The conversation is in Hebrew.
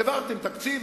העברתם תקציב,